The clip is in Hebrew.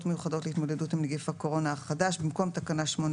מיוחדות להתמודדות עם נגיף הקורונה החדש (הוראת שעה)